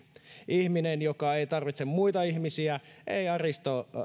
ihminen joka ei tarvitse muita ihmisiä ei aristoteleen